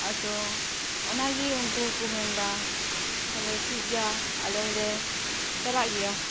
ᱟᱫᱚ ᱚᱱᱟᱜᱮ ᱩᱝᱠᱩ ᱦᱚᱸᱠᱚ ᱢᱮᱱ ᱮᱫᱟ ᱛᱟᱦᱞᱮ ᱴᱷᱤᱠ ᱜᱮᱭᱟ ᱟᱞᱮ ᱦᱚᱸᱞᱮ ᱪᱟᱞᱟᱜ ᱜᱮᱭᱟ